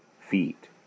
feet